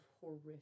horrific